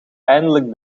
eindelijk